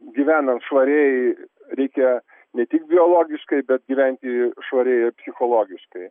gyvenant švariai reikia ne tik biologiškai bet gyventi ir švariai ir psichologiškai